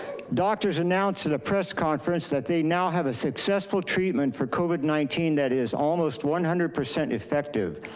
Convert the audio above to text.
doctors announced at a press conference that they now have a successful treatment for covid nineteen that is almost one hundred percent effective.